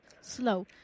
slow